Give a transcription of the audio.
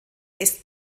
ist